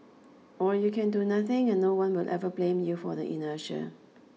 or you can do nothing and no one will ever blame you for the inertia